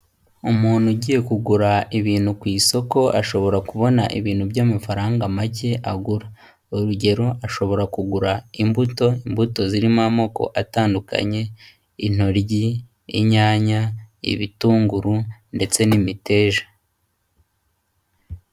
Umuntu ugiye kugura ibintu ku isoko, ashobora kubona ibintu by'amafaranga make agura, urugero ashobora kugura imbuto, imbuto zirimo amoko atandukanye intoryi, inyanya, ibitunguru ndetse n'imiteja.